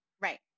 Right